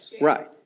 Right